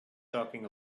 talking